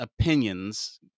opinions